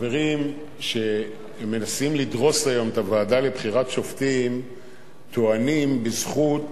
שחברים שמנסים לדרוס היום את הוועדה לבחירת שופטים טוענים בזכות